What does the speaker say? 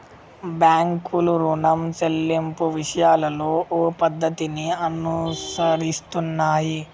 బాంకులు రుణం సెల్లింపు విషయాలలో ఓ పద్ధతిని అనుసరిస్తున్నాయి